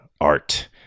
art